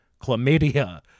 chlamydia